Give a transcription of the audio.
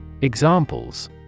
Examples